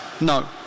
No